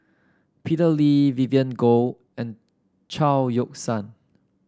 Peter Lee Vivien Goh and Chao Yoke San